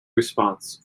response